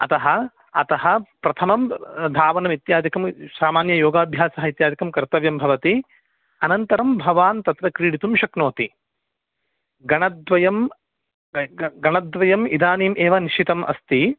अतः अतः प्रथमं धावनमित्यादिकं सामान्य योगाभ्यासः इत्यादिकं कर्तव्यं भवति अनन्तरं भवान् तत्र क्रीडितुं शक्नोति गणद्वयं ए ग गणद्वयम् इदानीम् एव निश्चितम् अस्ति